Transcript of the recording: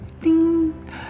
ding